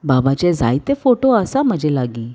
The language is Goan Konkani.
बाबाचे जायते फोटो आसा म्हजे लागीं